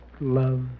love